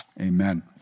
amen